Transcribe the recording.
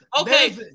okay